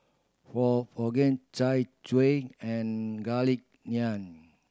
for chai and Garlic Naan